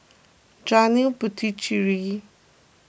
Janil Puthucheary